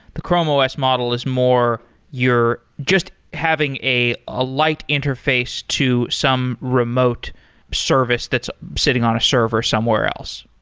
the chrome os model is more your just having a a light interface to some remote service that's sitting on a server somewhere else.